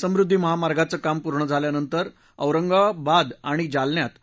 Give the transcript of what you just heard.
समृध्दी महामार्गाचं काम पूर्ण झाल्यानंतर औरंगाबाद आणि जालन्यात